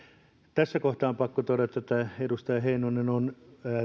tässä kohtaa on pakko todeta että edustaja heinonen on